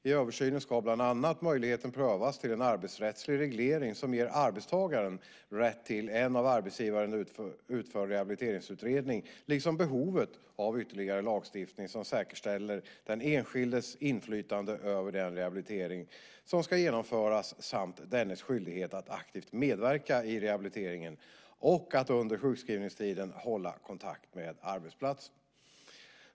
I översynen ska bland annat möjligheten prövas till en arbetsrättslig reglering som ger arbetstagaren rätt till en av arbetsgivaren utförd rehabiliteringsutredning liksom behovet av ytterligare lagstiftning som säkerställer den enskildes inflytande över den rehabilitering som ska genomföras samt dennes skyldighet att aktivt medverka i rehabiliteringen och att under sjukskrivningstiden hålla kontakt med arbetsplatsen.